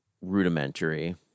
rudimentary